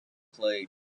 clay